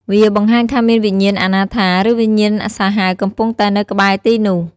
វាបង្ហាញថាមានវិញ្ញាណអនាថា ឬវិញ្ញាណសាហាវកំពុងតែនៅក្បែរទីនោះ។